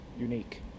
unique